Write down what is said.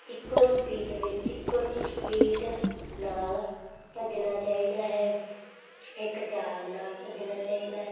ਇੱਕੋ ਸਪੀਟ ਵਿੱ ਇੱਕ ਸਪੀਟ ਨਾਲ ਭੱਜਣਾ ਚਾਹੀਦਾ ਹੈ ਇੱਕ ਚਾਲ ਨਾਲ ਭੱਜਣਾ ਚਾਹੀਦਾ ਹੈ